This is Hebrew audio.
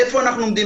איפה אנחנו עומדים,